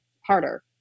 harder